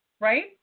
right